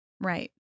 Right